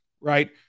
right